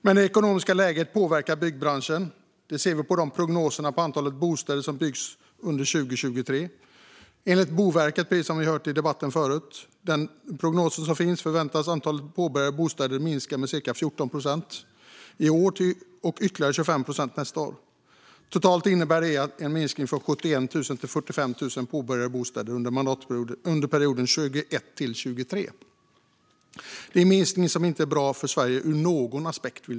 Men det ekonomiska läget påverkar byggbranschen; det ser vi på prognoserna för antalet bostäder som kommer att byggas under 2023. Enligt Boverkets prognos förväntas antalet påbörjade bostäder minska med cirka 14 procent i år och ytterligare 25 procent nästa år, som vi hört tidigare i debatten. Totalt innebär det en minskning från 71 000 till 45 000 påbörjade bostäder under perioden 2021-2023. Jag vill påstå att detta är en minskning som inte är bra för Sverige ur någon aspekt.